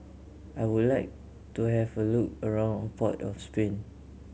I would like to have a look around Port of Spain